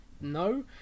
No